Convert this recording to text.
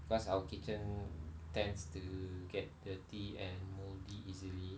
because our kitchen tends to get dirty and mouldy easily